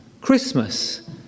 Christmas